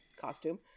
costume